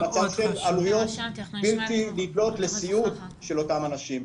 עלויות בלתי נדלות לסיעוד של אותם אנשים.